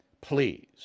Please